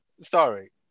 sorry